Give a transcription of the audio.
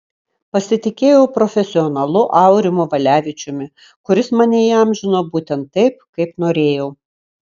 pasitikėjau profesionalu aurimu valevičiumi kuris mane įamžino būtent taip kaip norėjau